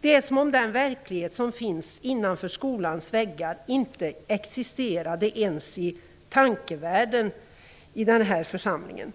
Det är som om den verklighet som finns innanför skolans väggar inte existerade ens i tankevärlden i denna församling.